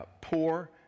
poor